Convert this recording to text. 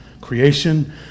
Creation